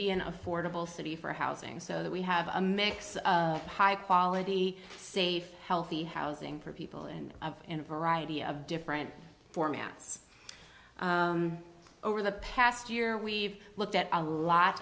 be an affordable city for housing so that we have a mix of high quality safe healthy housing for people and of in a variety of different formats over the past year we've looked at a lot